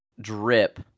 Drip